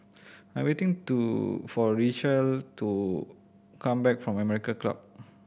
I'm waiting to for Richelle to come back from American Club